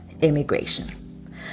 immigration